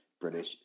British